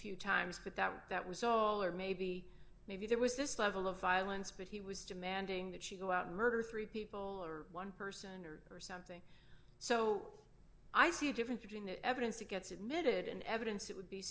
few times but that that was all or maybe maybe there was this level of violence but he was demanding that she go out and murder three people or one person or or something so i see a difference between the evidence that gets admitted in evidence that would be